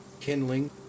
kindling